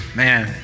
man